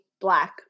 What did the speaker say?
black